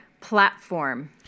platform